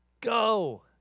Go